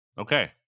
okay